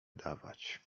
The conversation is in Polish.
dawać